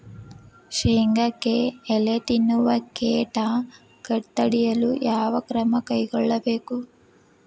ಶೇಂಗಾಕ್ಕೆ ಎಲೆ ತಿನ್ನುವ ಕೇಟ ತಡೆಯಲು ಯಾವ ಕ್ರಮ ಕೈಗೊಳ್ಳಬೇಕು?